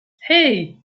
hey